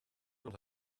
will